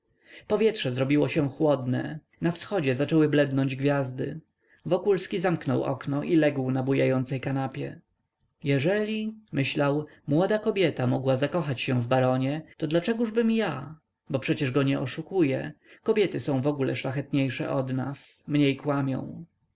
powietrze zrobiło się chłodne na wschodzie zaczęły blednąć gwiazdy wokulski zamknął okno i legł na bujającej kanapie jeżeli myślał młoda kobieta mogła zakochać się w baronie to dlaczegożbym ja bo przecież go nie oszukuje kobiety są w ogóle szlachetniejsze od nas mniej kłamią